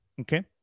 Okay